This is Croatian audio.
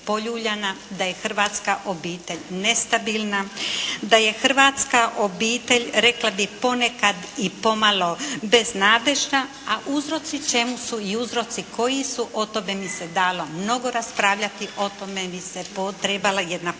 da je hrvatska obitelj nestabilna, da je hrvatska obitelj, rekla bih ponekad i pomalo beznadežna a uzroci čemu su i uzroci koji su o tome bi se dalo mnogo raspravljati, o tome bi se trebala jedna posebna